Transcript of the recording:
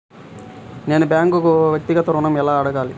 నేను బ్యాంక్ను వ్యక్తిగత ఋణం ఎలా అడగాలి?